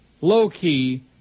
Low-key